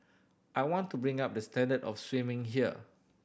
I want to bring up the standard of swimming here